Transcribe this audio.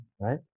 Right